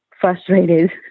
frustrated